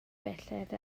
belled